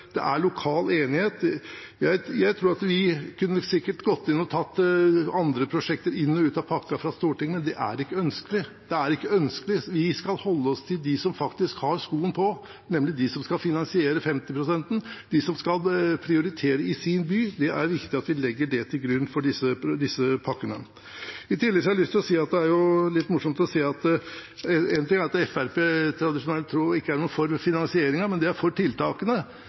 det er lokal enighet. Jeg tror at vi sikkert kunne gått inn og tatt andre prosjekter inn og ut av pakken fra Stortinget. Det er ikke ønskelig. Vi skal holde oss til dem som faktisk har skoen på, nemlig de som skal finansiere 50-prosenten, de som skal prioritere i sin by. Det er viktig at vi legger det til grunn for disse pakkene. I tillegg har jeg lyst til å si at det er noe som er litt morsomt. Én ting er at Fremskrittspartiet tradisjonen tro ikke er for finansieringen, men de er for tiltakene.